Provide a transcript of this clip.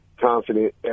confident